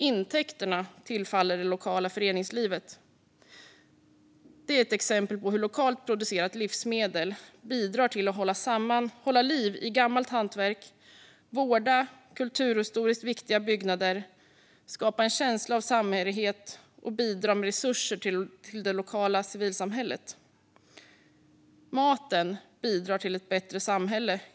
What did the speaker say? Intäkterna tillfaller det lokala föreningslivet. Detta är ett exempel på hur lokalt producerat livsmedel bidrar till att hålla liv i gammalt hantverk, vårda kulturhistoriskt viktiga byggnader, skapa en känsla av samhörighet och bidra med resurser till det lokala civilsamhället. Maten bidrar helt enkelt till ett bättre samhälle.